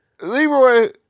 Leroy